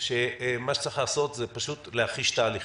שמה שצריך לעשות הוא פשוט להחיש תהליכים,